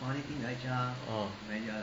uh